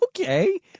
okay